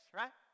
right